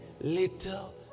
little